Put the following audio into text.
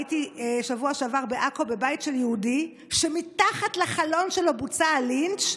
הייתי בשבוע שעבר בעכו בבית של יהודי שמתחת לחלון שלו בוצע הלינץ',